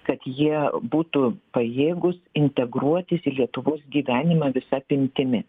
kad jie būtų pajėgūs integruotis į lietuvos gyvenimą visa apimtimi